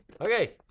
Okay